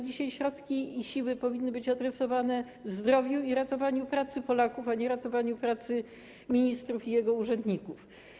Dzisiaj środki i siły powinny być nakierowane na zdrowie i ratowanie pracy Polaków, a nie ratowanie pracy ministra i jego urzędników.